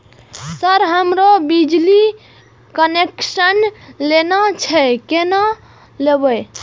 Sir हमरो बिजली connection लेना छे केना लेबे?